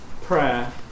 Prayer